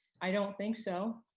i don't think so.